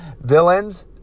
Villains